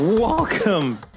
Welcome